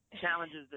challenges